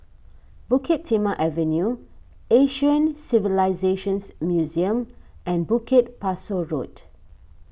Bukit Timah Avenue Asian Civilisations Museum and Bukit Pasoh Road